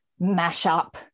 mashup